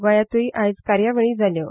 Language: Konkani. गोंयांत्रय आयज कार्यावळी जाल्यो